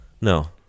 No